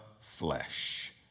flesh